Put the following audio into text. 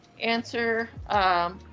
answer